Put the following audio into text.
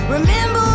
Remember